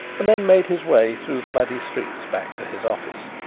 and then made his way through the muddy streets back to his office.